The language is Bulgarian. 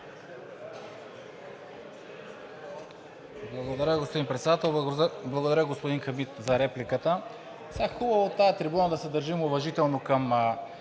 Благодаря, господин Председател. Благодаря, господин Хамид, за репликата. Хубаво е от тази трибуна да се държим уважително към